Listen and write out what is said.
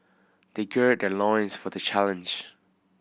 they gird their loins for the challenge